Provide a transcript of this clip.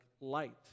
light